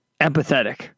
empathetic